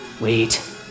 Wait